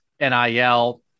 NIL